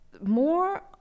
more